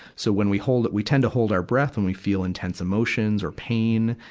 so when we hold, we tend to hold our breath when we feel intense emotions or pain.